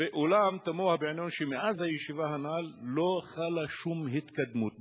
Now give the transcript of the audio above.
אולם תמוה בעינינו שמאז הישיבה הנ"ל לא חלה שום התקדמות.